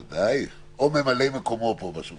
ודאי, או ממלא-מקומו פה בשולחן.